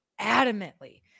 adamantly